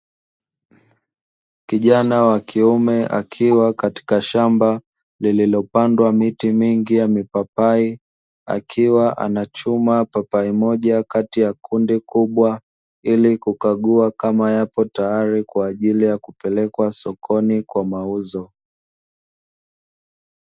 Kijana wa kiume akiwa katika shamba lililopandwa miti mingi ya mipapai, akiwa anachuma papai moja kati ya kundi kubwa, ili kukagua kama yapo tayari kupelekwa sokoni kwa mauzo.